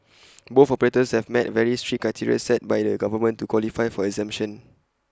both operators have met very strict criteria set by the government to qualify for exemption